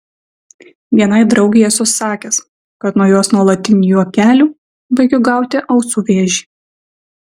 vienai draugei esu sakęs kad nuo jos nuolatinių juokelių baigiu gauti ausų vėžį